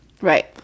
Right